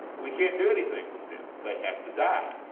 we cant do anything with them they have to die.